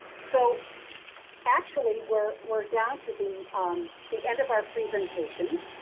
so actually, we're we're down to the on the end of our presentations.